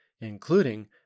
including